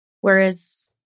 Whereas